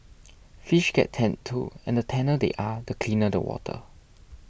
fish get tanned too and the tanner they are the cleaner the water